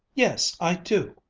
yes, i do!